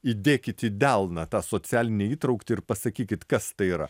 įdėkit į delną tą socialinę įtrauktį ir pasakykit kas tai yra